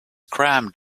crammed